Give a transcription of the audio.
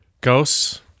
ghosts